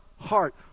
heart